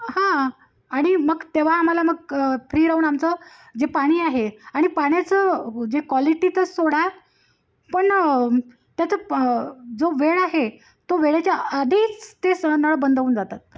हा आणि मग तेव्हा आम्हाला मग प्री राहून आमचं जे पाणी आहे आणि पाण्याचं जे क्वालिटी तर सोडा पण त्याचा जो वेळ आहे तो वेळेच्या आधीच ते सळ नळ बंद होऊन जातात